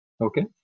Okay